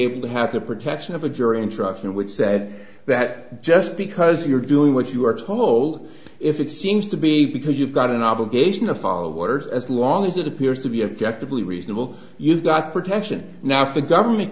able to have the protection of a jury instruction which said that just because you're doing what you are told if it seems to be because you've got an obligation to follow orders as long as it appears to be objective lee reasonable you've got protection now if the government